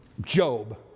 Job